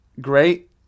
great